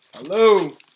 Hello